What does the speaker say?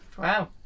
Wow